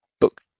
book